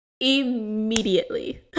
immediately